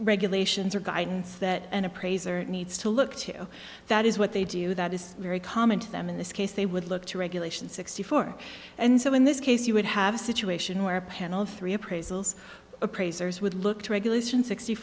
regulations or guidance that an appraiser needs to look to that is what they do that is very common to them in this case they would look to regulation sixty four and so in this case you would have a situation where a panel of three appraisals appraisers would look to regulation sixty